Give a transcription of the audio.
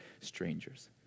strangers